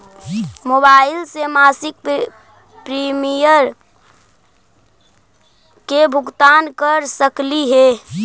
Mobile से मासिक premium के भुगतान कर सकली हे?